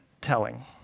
telling